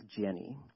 Jenny